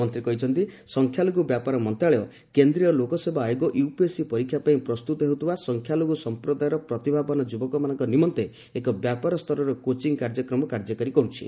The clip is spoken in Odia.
ମନ୍ତ୍ରୀ କହିଛନ୍ତି ସଂଖ୍ୟାଲଘ୍ର ବ୍ୟାପାର ମନ୍ତ୍ରଣାଳୟ କେନ୍ଦୀୟ ଲୋକ ସେବା ଆୟୋଗ ୟୁପିଏସ୍ସି ପରୀକ୍ଷା ପାଇଁ ପ୍ରସ୍ତୁତ ହେଉଥିବା ସଂଖ୍ୟାଲଘୁ ସମ୍ପ୍ରଦାୟର ପ୍ରତିଭାବାନ ଯୁବକମାନଙ୍କ ନିମନ୍ତେ ଏକ ବ୍ୟାପାର ସ୍ତରର କୋଚିଂ କାର୍ଯ୍ୟକ୍ରମ କାର୍ଯ୍ୟକାରୀ କରୁଛି